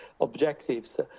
objectives